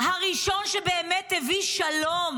הראשון שבאמת הביא שלום,